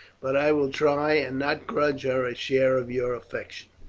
but i will try and not grudge her a share of your affection.